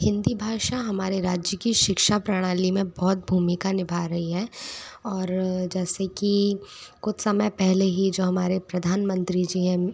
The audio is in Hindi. हिंदी भाषा हमारे राज्य की शिक्षा प्रणाली में बहुत भूमिका निभा रही है और जैसे कि कुछ समय पहले ही जो हमारे प्रधानमंत्री जी हैं